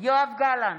יואב גלנט,